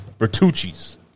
Bertucci's